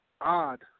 odd